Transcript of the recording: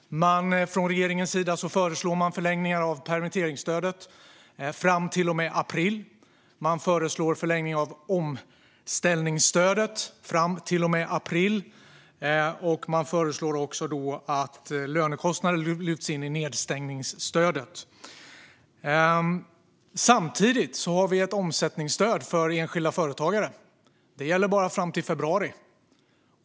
Regeringen föreslår förlängningar av permitteringsstödet fram till och med april. Man föreslår vidare förlängningar av omställningsstödet fram till och med april. Man föreslår också att lönekostnader lyfts in i nedstängningsstödet. Samtidigt finns ett omsättningsstöd för enskilda företagare. Det gäller bara fram till februari.